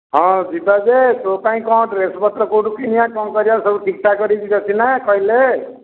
ହଁ ଯିବା ଯେ ତୋ ପାଇଁ କ'ଣ ଡ୍ରେସ ପତ୍ର କେଉଁଠୁ କିଣିବା କ'ଣ କରିବା ସବୁ ଠିକ ଠାକ କରିକି ଯିବା ସିନା କହିଲେ